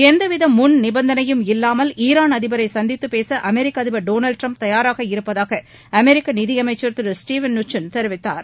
எந்தவித முன் நிபந்தனையும் இல்லாமல் ஈரான் அதிபரை சந்தித்து பேச அமெரிக்க அதிபர் டொனால்ட் ட்ரம்ப் தயாராக இருப்பதாக அமெரிக்க நிதியமைச்சர் திரு ஸ்டவன் நுச்சின் தெரிவித்தார்